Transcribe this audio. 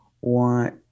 want